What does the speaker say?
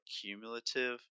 cumulative